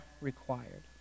required